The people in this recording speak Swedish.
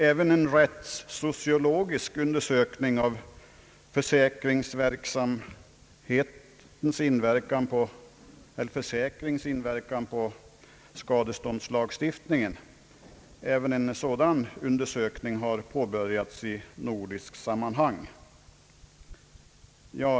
Även en rättssociologisk undersökning av försäkrings inverkan på skadeståndslagstiftningen har påbörjats i nordiskt samarbete.